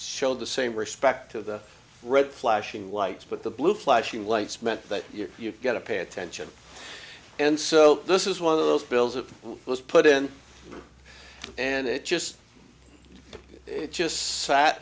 show the same respect to the red flashing lights but the blue flashing lights meant that you've got to pay attention and so this is one of those bills that was put in and it just it just sat